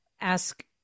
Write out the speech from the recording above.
ask